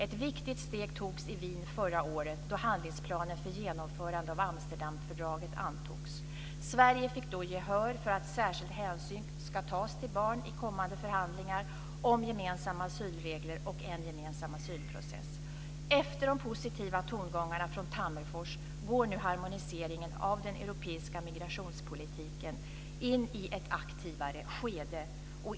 Ett viktigt steg togs i Wien förra året då handlingsplanen för genomförande av Amsterdamfördraget antogs. Sverige fick då gehör för att särskild hänsyn ska tas till barn i kommande förhandlingar om gemensamma asylregler och en gemensam asylprocess. Efter de positiva tongångarna från Tammerfors går nu harmoniseringen av den europeiska migrationspolitiken in i ett aktivare skede.